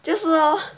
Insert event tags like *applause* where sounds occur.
就是 orh *laughs*